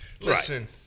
Listen